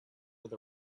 with